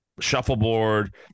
shuffleboard